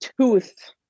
tooth